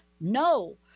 No